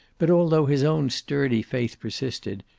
but although his own sturdy faith persisted,